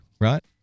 right